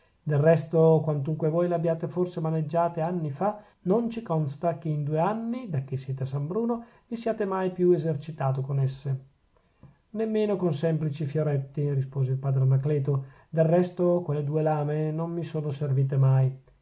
del resto quantunque voi le abbiate forse maneggiate anni fa non ci consta che in due anni dacchè siete a san bruno vi siate mai più esercitato con esse nemmeno con semplici fioretti rispose il padre anacleto del resto quelle due lame non mi sono servite mai